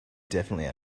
definitely